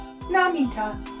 Namita